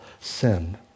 sin